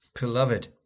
Beloved